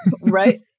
right